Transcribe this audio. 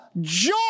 joy